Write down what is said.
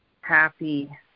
happy